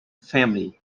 family